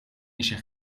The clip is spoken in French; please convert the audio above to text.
cher